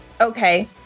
Okay